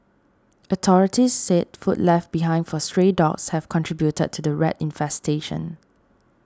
authorities said food left behind for stray dogs have contributed to the rat infestation